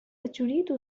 أتريد